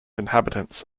inhabitants